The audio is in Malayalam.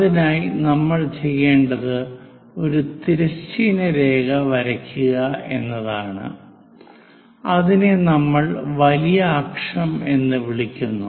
അതിനായി നമ്മൾ ചെയ്യേണ്ടത് ഒരു തിരശ്ചീന രേഖ വരയ്ക്കുക എന്നതാണ് അതിനെ നമ്മൾ വലിയ അക്ഷം എന്ന് വിളിക്കുന്നു